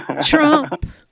Trump